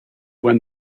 when